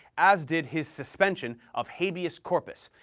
as did his suspension of habeas corpus,